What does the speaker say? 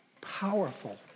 Powerful